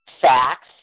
facts